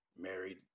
married